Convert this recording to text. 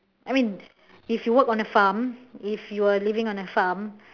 I mean if you work on a farm if you are living on a farm